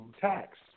tax